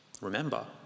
remember